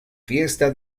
fiesta